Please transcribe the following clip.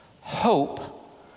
Hope